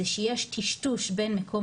זה שיש טשטוש בין מקום